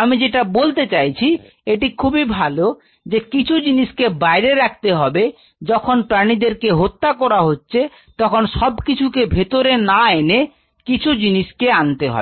আমি যেটা বলতে চাইছি এটি খুবই ভালো যে কিছু জিনিসকে বাইরে রাখতে হবে যখন প্রাণীদের কে হত্যা করা হচ্ছে তখন সব কিছুকে ভেতরে না এনে কিছু জিনিস কে আনতে হবে